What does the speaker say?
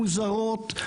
מוזרות,